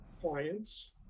clients